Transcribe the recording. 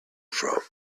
from